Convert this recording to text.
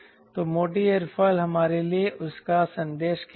तो मोटी एयरोफिल हमारे लिए उसका संदेश क्या है